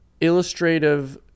illustrative